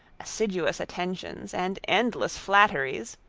assiduous attentions, and endless flatteries,